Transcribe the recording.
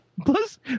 Plus